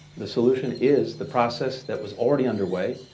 the solution is the process that was already underway,